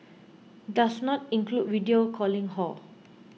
does not include video calling hor